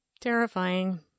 terrifying